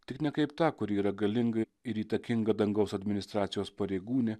tik ne kaip tą kuri yra galinga ir įtakinga dangaus administracijos pareigūnė